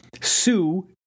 Sue